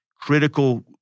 critical